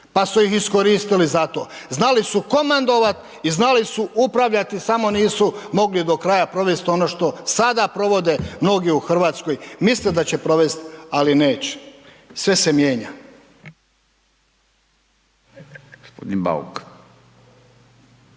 pa su ih iskoristili za to, znali su komandovat i znali su upravljati samo nisu mogli do kraja provest ono što sada provode mnogi u RH, misle da će provest, ali neće, sve se mijenja.